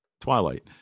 Twilight